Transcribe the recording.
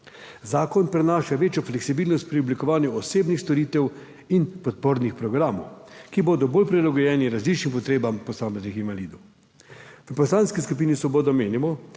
Zakon prinaša večjo fleksibilnost pri oblikovanju osebnih storitev in podpornih programov, ki bodo bolj prilagojeni različnim potrebam posameznih invalidov. V Poslanski skupini Svoboda menimo,